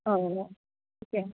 हो ठीक आहे